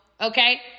Okay